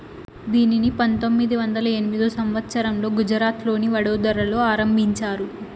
దీనిని పంతొమ్మిది వందల ఎనిమిదో సంవచ్చరంలో గుజరాత్లోని వడోదరలో ఆరంభించారు